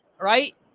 right